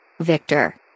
Victor